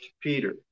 Peter